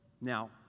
Now